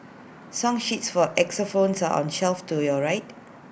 song sheets for X phones are on shelf to your right